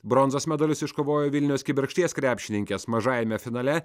bronzos medalius iškovojo vilniaus kibirkšties krepšininkės mažajame finale